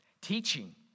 Teaching